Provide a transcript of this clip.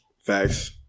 Facts